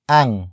ang